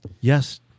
Yes